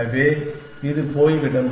எனவே இது போய்விடும்